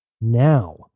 Now